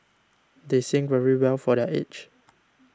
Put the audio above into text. they sing very well for their age